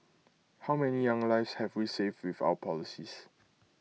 how many young lives have we saved with our policies